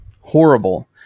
horrible